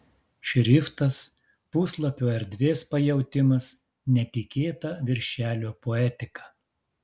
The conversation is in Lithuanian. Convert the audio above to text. šriftas puslapio erdvės pajautimas netikėta viršelio poetika